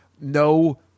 no